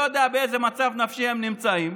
אני לא יודע באיזה מצב נפשי הם נמצאים,